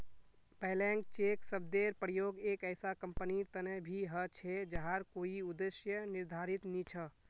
blank cheque शब्देर प्रयोग एक ऐसा कंपनीर तने भी ह छे जहार कोई उद्देश्य निर्धारित नी छ